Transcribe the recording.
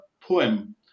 poem